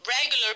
regular